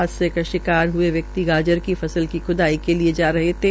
हादसे का शिकार हये वस्रक्ति गाजर की फसल की ख्दाई के लिये जा रहे थे